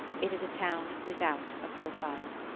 it is a town without a profile.